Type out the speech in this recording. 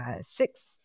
six